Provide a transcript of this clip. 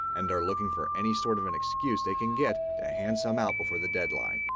and are looking for any sort of an excuse they can get to hand some out before the deadline.